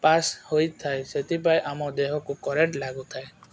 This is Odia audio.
ପାସ୍ ହୋଇଥାଏ ସେଥିପାଇଁ ଆମ ଦେହକୁ କରେଣ୍ଟ ଲାଗୁଥାଏ